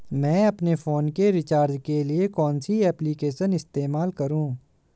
मैं अपने फोन के रिचार्ज के लिए कौन सी एप्लिकेशन इस्तेमाल करूँ?